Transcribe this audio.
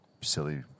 silly